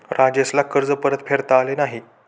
राजेशला कर्ज परतफेडता आले नाही